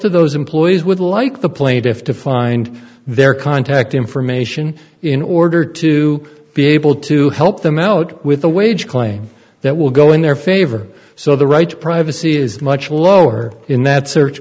of those employees would like the plaintiffs to find their contact information in order to be able to help them out with a wage claim that will go in their favor so the right to privacy is much lower in that search